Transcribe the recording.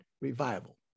revival